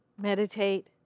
meditate